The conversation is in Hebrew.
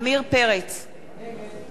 יוסי פלד,